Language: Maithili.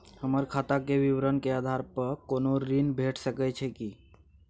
हमर खाता के विवरण के आधार प कोनो ऋण भेट सकै छै की?